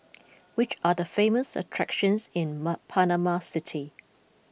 which are the famous attractions in Panama City